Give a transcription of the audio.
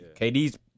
KD's